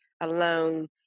alone